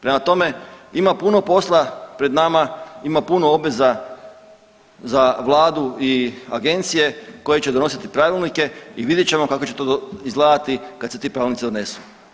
Prema tome, ima puno posla pred nama ima puno obveza za Vladu i agencije koje će donositi pravilnike i vidjet ćemo kako će to izgledati kad se ti pravilnici donesu.